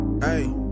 hey